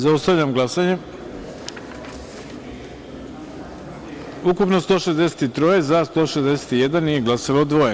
Zaustavljam glasanje: ukupno – 163, za – 161, nije glasalo – dvoje.